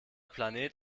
planet